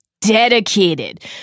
dedicated